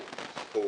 הורו.